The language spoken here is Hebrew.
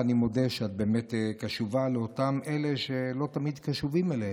לך אני מודה שאת באמת קשובה לאותם אלה שלא תמיד קשובים אליהם.